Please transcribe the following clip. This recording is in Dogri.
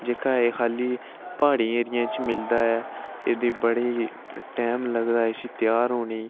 जेह्का ऐ खा'ल्ली प्हाड़ी एरिये च मिलदा ऐ एह्दे च बड़ा टैम लगदा इसी त्यार होने गी